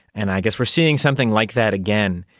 and i guess we're seeing something like that again,